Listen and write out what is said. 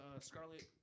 Scarlet